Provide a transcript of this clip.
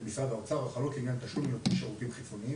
גם אם אכן יש מידע עסקי,